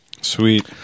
Sweet